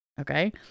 Okay